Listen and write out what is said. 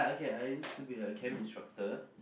K I used to be a camp instructor